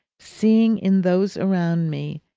seeing in those around me,